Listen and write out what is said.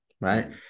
right